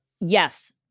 yes